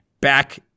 back